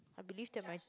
I believe that my